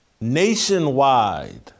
nationwide